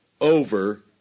over